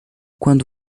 quando